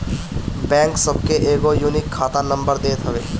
bank सबके एगो unique खाता नंबर देत हवे